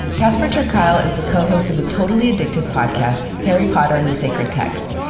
casper ter kuile is the co-host of the totally addictive podcast, harry potter and the sacred text,